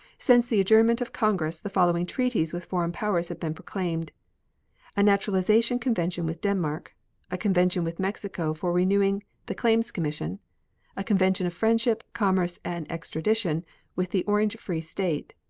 since the adjournment of congress the following treaties with foreign powers have been proclaimed a naturalization convention with denmark a convention with mexico for renewing the claims commission a convention of friendship, commerce, and extradition with the orange free state,